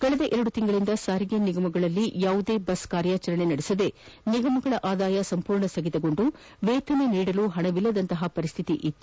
ಕಳೆದ ಎರಡು ತಿಂಗಳಿಂದ ಸಾರಿಗೆ ನಿಗಮಗಳಲ್ಲಿ ಯಾವುದೇ ಬಸ್ ಕಾರ್ಯಾಚರಣೆ ನಡೆಸದೆ ನಿಗಮಗಳ ಆದಾಯ ಸಂಪೂರ್ಣ ಸ್ಥಗಿತಗೊಂಡು ವೇತನ ನೀಡಲು ಪಣವಿಲ್ಲದಂತಹ ಪರಿಸ್ಥಿತಿಯಿತ್ತು